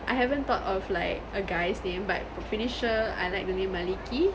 I haven't thought of like a guy's name but pretty sure I like the name maliki